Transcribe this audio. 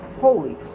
holy